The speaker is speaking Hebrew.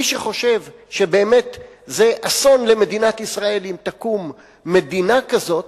מי שחושב שבאמת זה אסון למדינת ישראל אם תקום מדינה כזאת,